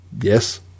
Yes